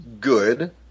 good